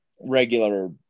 regular